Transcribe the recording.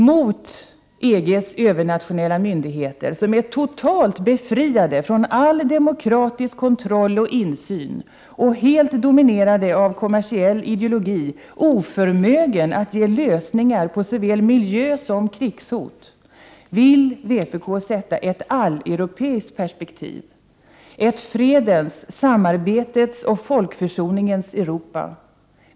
Mot EG:s övernationella myndigheter, som är totalt befriade från all demokratisk kontroll och insyn, men helt dominerade av kommersiell ideologi och oförmögna att ge lösningar på såväl miljösom krigshot, vill vpk sätta ett alleuropeiskt perspektiv, ett fredens, samarbetets och folkförsoningens Europa.